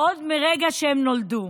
עוד מהרגע שהם נולדו.